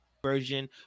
version